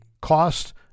cost